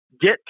Get